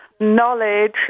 knowledge